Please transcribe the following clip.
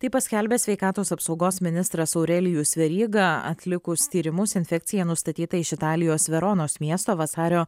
tai paskelbė sveikatos apsaugos ministras aurelijus veryga atlikus tyrimus infekcija nustatyta iš italijos veronos miesto vasario